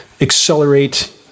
accelerate